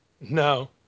No